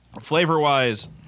Flavor-wise